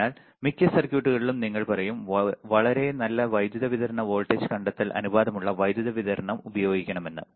അതിനാൽ മിക്ക സർക്യൂട്ടിലും നിങ്ങൾ പറയും വളരെ നല്ല വൈദ്യുതി വിതരണ വോൾട്ടേജ് കണ്ടെത്തൽ അനുപാതമുള്ള വൈദ്യുതി വിതരണം ഉപയോഗിക്കണമെന്ന്